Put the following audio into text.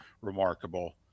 remarkable